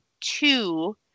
two